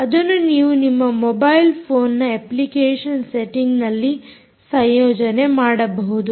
ಅದನ್ನು ನೀವು ನಿಮ್ಮ ಮೊಬೈಲ್ ಫೋನ್ನ ಅಪ್ಲಿಕೇಷನ್ ಸೆಟ್ಟಿಂಗ್ನಲ್ಲಿ ಸಂಯೋಜನೆ ಮಾಡಬಹುದು